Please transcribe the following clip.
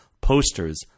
posters